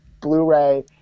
blu-ray